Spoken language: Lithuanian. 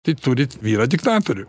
tai turit vyrą diktatorių